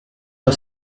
are